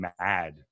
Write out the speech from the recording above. mad